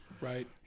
Right